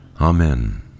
Amen